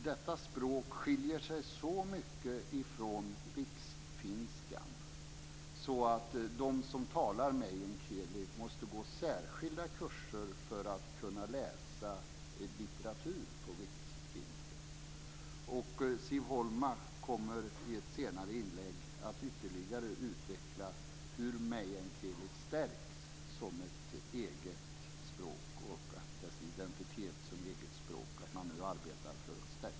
Detta språk skiljer sig så mycket ifrån riksfinskan att de som talar meänkieli måste gå särskilda kurser för att kunna läsa litteratur på riksfinska. Siv Holma kommer i ett senare inlägg att ytterligare utveckla hur man nu arbetar för att stärka meänkieli som ett eget språk.